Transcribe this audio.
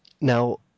now